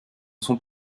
sont